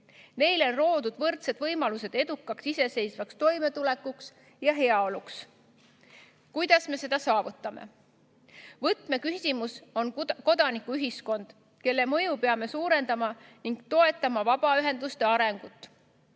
neile on loodud võrdsed võimalused edukaks iseseisvaks toimetulekuks ja heaoluks. Kuidas me seda saavutame? Võtmeküsimus on kodanikuühiskond, mille mõju peame suurendama, peame toetama vabaühenduste arengut.